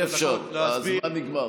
אי-אפשר, הזמן נגמר.